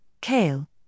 kale